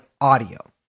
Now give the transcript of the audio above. audio